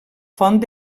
font